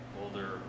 older